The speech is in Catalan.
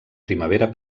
primavera